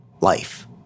life